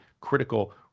critical